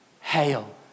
Hail